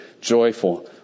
joyful